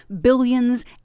billions